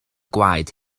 gwaed